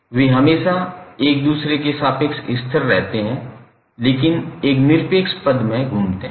वे हमेशा एक दूसरे के सापेक्ष स्थिर रहते हैं लेकिन एक निरपेक्ष पद में घूमते हैं